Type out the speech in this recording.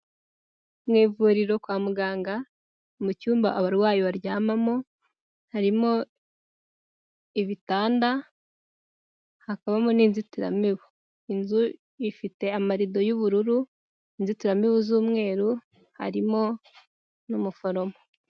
Mu ivuriro kwa muganga mu cyumba abarwayi baryamamo, harimo ibitanda hakabamo n'inzitiramibu, inzu ifite amarido y'ubururu, inzitiramibu z'umweru, harimo n'umuforomo.